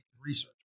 research